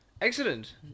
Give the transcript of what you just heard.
excellent